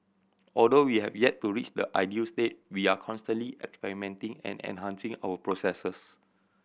although we have yet to reach the ideal state we are constantly experimenting and enhancing our processes